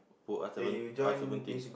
put R seven R seventeen